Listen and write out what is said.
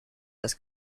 this